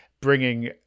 bringing